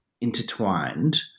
intertwined